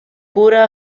cura